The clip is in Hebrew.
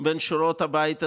בין שורות הבית הזה,